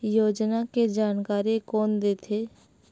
योजना के जानकारी कोन दे थे?